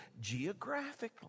geographically